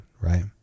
right